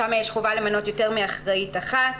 שם יש חובה למנות יותר מאחראית אחת.